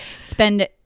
spend